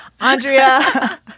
Andrea